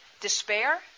Despair